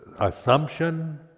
assumption